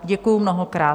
Děkuji mnohokrát.